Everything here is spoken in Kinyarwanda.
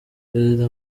perezida